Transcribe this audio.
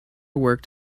worked